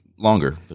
longer